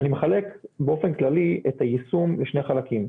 אני מחלק באופן כללי את היישום לשני חלקים: